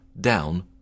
down